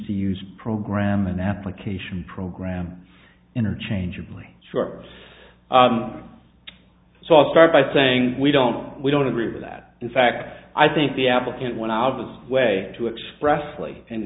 to use program and application program interchangeably short so i'll start by saying we don't we don't agree with that in fact i think the applicant when i was way to expressly and